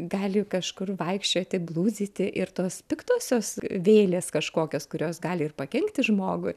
gali kažkur vaikščioti blūdyti ir tos piktosios vėlės kažkokios kurios gali ir pakenkti žmogui